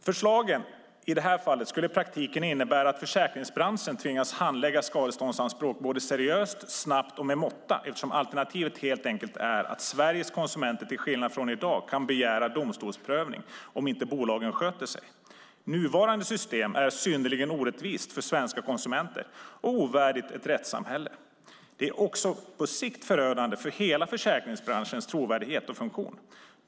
Förslagen i det här fallet skulle i praktiken innebära att försäkringsbranschen tvingas handlägga skadeståndsanspråk både seriöst, snabbt och med måtta eftersom alternativet helt enkelt är att Sveriges konsumenter till skillnad från i dag kan begära domstolsprövning om inte bolagen sköter sig. Nuvarande system är synnerligen orättvist för svenska konsumenter och ovärdigt ett rättssamhälle. Det är också på sikt förödande för hela försäkringsbranschens trovärdighet och funktion.